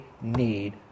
need